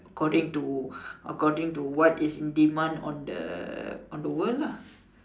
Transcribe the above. according to according to what is in demand on the on the world lah